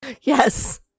Yes